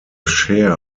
share